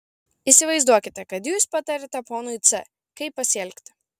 įsivaizduokite kad jūs patariate ponui c kaip pasielgti